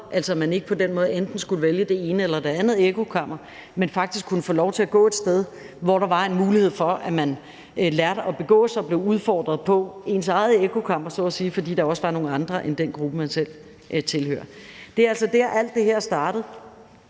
sådan at man ikke på den måde skulle vælge enten det ene eller det andet ekkokammer, men faktisk kunne få lov til at gå et sted, hvor der var en mulighed for, at man lærte at begå sig og blive udfordret på ens eget ekkokammer så at sige, fordi der også var nogle andre end den gruppe, man selv tilhørte. Det er altså der, alt det her er startet,